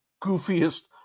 goofiest